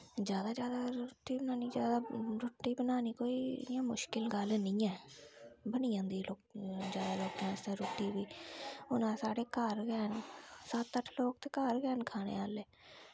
जादा जादा रुट्टी बनानी जादा रुट्टी बनानी कोई इ'यां मुश्कल गल्ल निं ऐ बनी जंदी जादा लोकें आस्तै रुट्टी बी हून साढ़े घर गै न सत्त अट्ठ लोग ते घर गै न खाने आह्ले